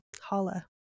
holla